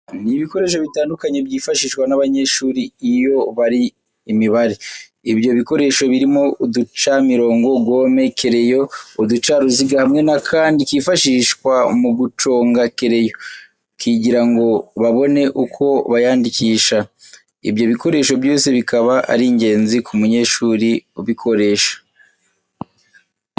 Ni ibikoresho bitandukanye byifashishwa n'abanyeshuri iyo bari Imibare. ibyo bikoresho birimo uducamirongo, gome, kereyo, uducaruziga hamwe n'akandi kifashishwa mu guconga kereyo kigira ngo babone uko bayandikisha. Ibyo bikoresho byose bikaba ari ingenzi ku munyeshuri ubukoresha.